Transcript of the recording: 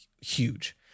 huge